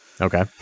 Okay